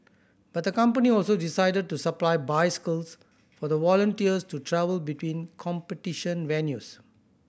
but the company also decided to supply bicycles for the volunteers to travel between competition venues